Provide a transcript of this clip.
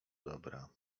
dobra